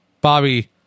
Bobby